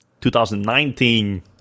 2019